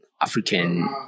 African